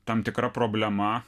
tam tikra problema